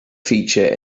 feature